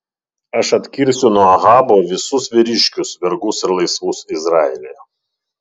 aš atkirsiu nuo ahabo visus vyriškius vergus ir laisvus izraelyje